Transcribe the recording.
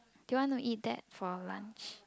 do you wanna eat that for lunch